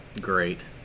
great